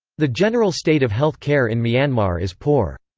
the general state of health care in myanmar is poor.